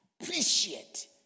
appreciate